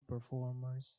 performers